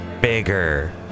bigger